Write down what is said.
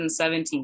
2017